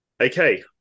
Okay